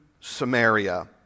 Samaria